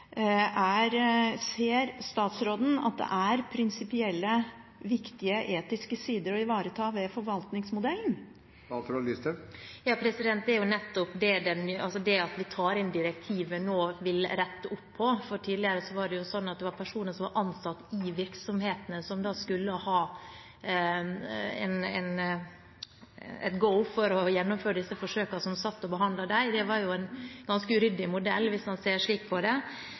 skje. Ser statsråden at det er prinsipielle, viktige etiske sider å ivareta ved forvaltningsmodellen? Det er jo nettopp det vi vil rette opp i når vi tar inn direktivet nå, for tidligere var det personer som var ansatt i virksomhetene, som skulle ha et «go» for å gjennomføre disse forsøkene, og som satt og behandlet dem. Det var en ganske uryddig modell, hvis en ser slik på det.